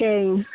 சரி